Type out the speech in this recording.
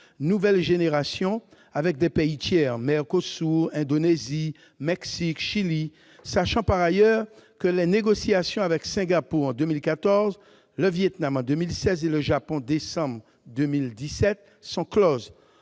nouvelle génération avec des pays tiers- MERCOSUR, Indonésie, Mexique, Chili -, sachant par ailleurs que les négociations avec Singapour en 2014, le Vietnam en 2016 et le Japon en décembre 2017 sont closes.